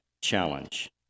challenge